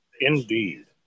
Indeed